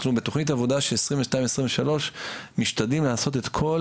אנחנו בתוכנית עבודה של 2022 2023 משתדלים לעשות את כל